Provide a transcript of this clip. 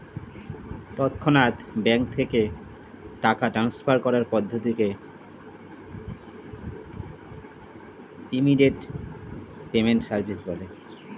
তৎক্ষণাৎ ব্যাঙ্ক থেকে টাকা ট্রান্সফার করার পদ্ধতিকে ইমিডিয়েট পেমেন্ট সার্ভিস বলে